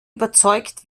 überzeugt